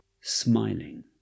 smiling